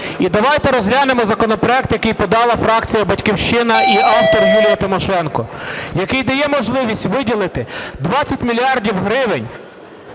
І давайте розглянемо законопроект, який подала фракція "Батьківщина" і автор Юлія Тимошенко. Який дає можливість виділити 20 мільярдів гривень